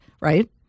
right